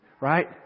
Right